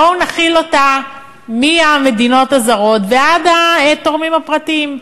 בואו נחיל אותה מהמדינות הזרות ועד התורמים הפרטיים.